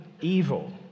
evil